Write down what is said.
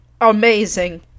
Amazing